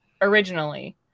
originally